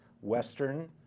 Western